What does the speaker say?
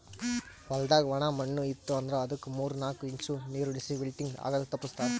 ಹೊಲ್ದಾಗ ಒಣ ಮಣ್ಣ ಇತ್ತು ಅಂದ್ರ ಅದುಕ್ ಮೂರ್ ನಾಕು ಇಂಚ್ ನೀರುಣಿಸಿ ವಿಲ್ಟಿಂಗ್ ಆಗದು ತಪ್ಪಸ್ತಾರ್